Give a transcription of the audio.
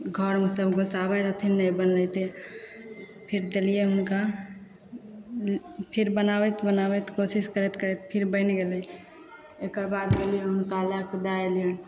घरमे सभ गुस्साबैत रहथिन नहि बनलै तऽ फिर देलियै हुनका फिर बनाबैत बनाबैत कोशिश करैत करैत फिर बनि गेलै एकर बाद गेलियै हुनका लै कऽ दै एलिअनि